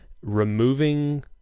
removing